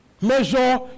Measure